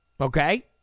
Okay